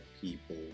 people